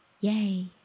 Yay